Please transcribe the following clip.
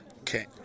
Okay